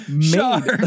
Shark